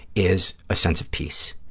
is a sense of peace.